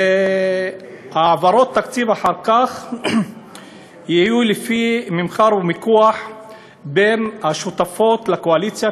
העברות תקציב אחר כך יהיו לפי ממכר ומיקוח בין השותפות לקואליציה,